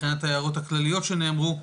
ההערות הכלליות שנאמרו,